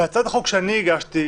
בהצעת החוק שאני הגשתי,